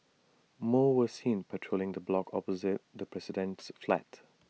more were seen patrolling the block opposite the president's flat